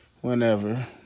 whenever